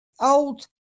old